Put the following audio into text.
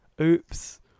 Oops